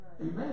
amen